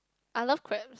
I love crab